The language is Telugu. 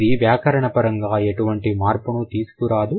ఇది వ్యాకరణ పరంగా ఎటువంటి మార్పును తీసుకు రాదు